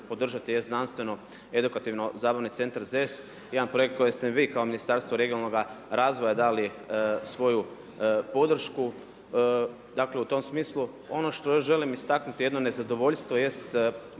je znanstveno-edukativno zabavni centar ZES. Jedan projekt kojeg ste mi kao Ministarstvo regionalnoga razvoja dali svoju podršku, dakle u tom smislu ono što ja želim istaknuti jedno nezadovoljstvo